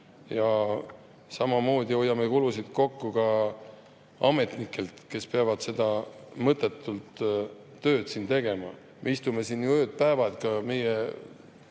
Ja samamoodi hoiame kulusid kokku ametnike pealt, kes peavad seda mõttetut tööd tegema. Me istume siin ju ööd-päevad ja meie